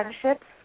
friendships